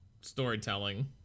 storytelling